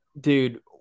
Dude